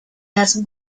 las